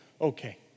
okay